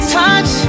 touch